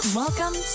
welcome